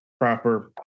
proper